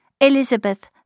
Elizabeth